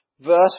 verse